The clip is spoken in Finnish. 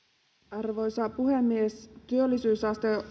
arvoisa puhemies työllisyysaste